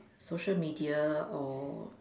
social Media or